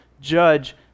judge